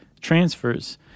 transfers